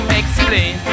explain